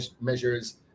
measures